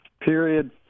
period